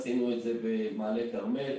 עשינו את זה במעלה כרמל,